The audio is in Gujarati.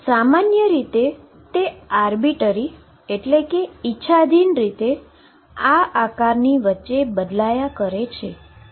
સામાન્ય રીતે તે આર્બીટરી એટલે કે ઈચ્છાધીન રીતે આ આકારની વચ્ચે બદલાયા કરે છે